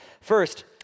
First